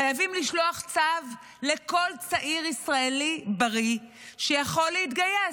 חייבים לשלוח צו לכל צעיר ישראלי בריא שיכול להתגייס.